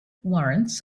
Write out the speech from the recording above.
warrants